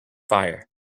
fire